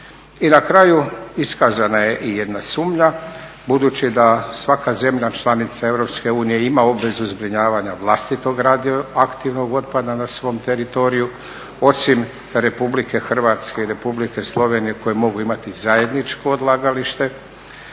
I na kraju, iskazana je i jedna sumnja budući da svaka zemlja članica EU ima obvezu zbrinjavanja vlastitog radioaktivnog otpada na svom teritoriju, osim RH i Republike Slovenije koje mogu imati zajedničko odlagalište,